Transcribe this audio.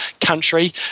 country